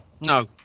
No